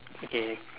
okay